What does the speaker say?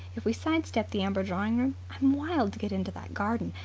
if we side-step the amber drawing-room? i'm wild to get into that garden.